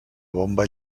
bomba